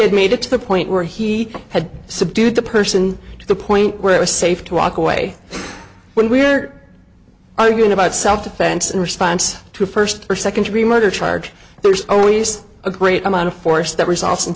had made it to the point where he had subdued the person to the point where it was safe to walk away when we're arguing about self defense in response to a first or second degree murder charge there's always a great amount of force that res